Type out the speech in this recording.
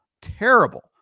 terrible